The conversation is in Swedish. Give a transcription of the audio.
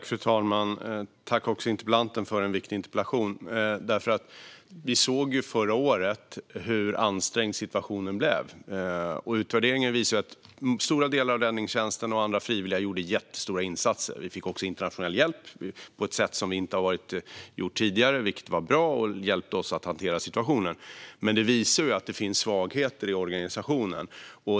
Fru talman! Tack, interpellanten, för en viktig interpellation! Vi såg förra året hur ansträngd situationen blev. Utvärderingen visar att stora delar av räddningstjänsten och andra frivilliga gjorde jättestora insatser. Vi fick också internationell hjälp på ett sätt som vi inte har haft tidigare, vilket var bra. Det hjälpte oss att hantera situationen. Men det visade att det finns svagheter i organisationen.